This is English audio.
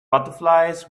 butterflies